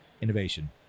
innovation